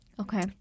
Okay